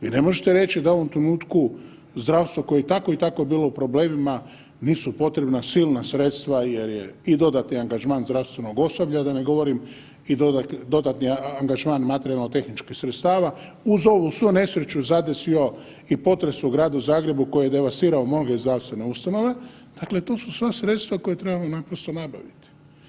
Vi ne možete reći da u ovom trenutku zdravstvu koje je tako i tako bilo u problemima nisu potrebna silna sredstva jer je, i dodatni angažman zdravstvenog osoblja i dodatni angažman materijalno tehničkih sredstava uz ovu svu nesreću zadesio i potres u Gradu Zagrebu koji je devastirao mnoge zdravstvene ustanove, dakle to su sav sredstva koja trebamo naprosto nabaviti.